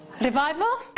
Revival